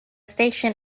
station